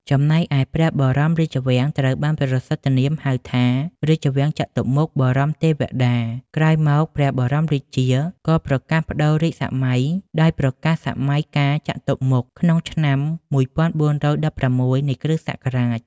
ចំណែកឯព្រះបរមរាជវាំងត្រូវបានប្រសិដ្ឋនាមហៅថា "រាជវាំងចតុមុខបរមទេវតា" ក្រោយមក ព្រះបរមរាជា ក៏ប្រកាសប្ដូររាជសម័យ ដោយប្រកាសសម័យកាលចតុមុខ ក្នុងឆ្នាំ ១៤១៦ នៃគ.សករាជ ។